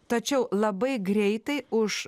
tačiau labai greitai už